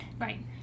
Right